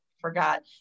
forgot